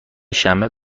شنبه